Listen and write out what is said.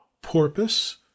Porpoise